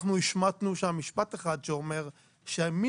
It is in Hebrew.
אנחנו השמטנו שם משפט אחד שאומר שמינימום